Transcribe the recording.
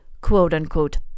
quote-unquote